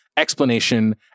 Explanation